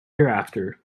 hereafter